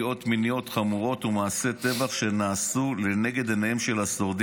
מיניות חמורות ומעשי טבח שנעשו לנגד עיניהם של השורדים,